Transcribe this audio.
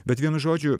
bet vien žodžiu